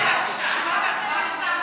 תשובה והצבעה במועד,